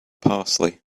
parsley